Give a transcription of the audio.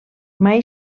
mai